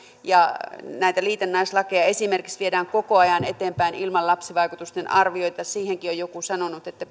ja näitä liitännäislakeja esimerkiksi viedään koko ajan eteenpäin ilman lapsivaikutusten arvioita siihenkin on joku sanonut että